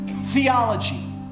theology